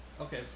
Okay